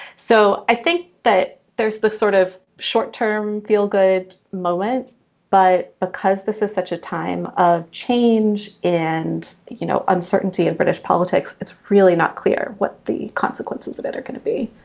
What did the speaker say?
so i think that there's the sort of short term feel good moment but because this is such a time of change and you know uncertainty and british politics it's really not clear what the consequences of it are going to be